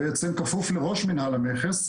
בעצם כפוף לראש מינהל המכס,